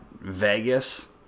Vegas